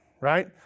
right